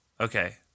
okay